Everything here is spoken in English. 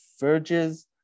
Verges